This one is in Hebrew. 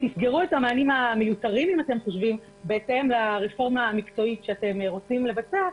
תסגרו את המענים המיותרים בהתאם לרפורמה המקצועית שאתם רוצים לבצע,